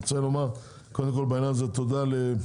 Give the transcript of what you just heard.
אני רוצה לומר בעניין הזה קודם כל תודה לשר